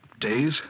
days